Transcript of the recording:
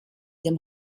dem